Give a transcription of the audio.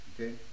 okay